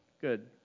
good